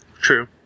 True